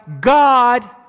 God